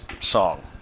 song